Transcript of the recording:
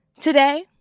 today